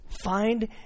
Find